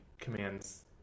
commands